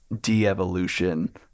de-evolution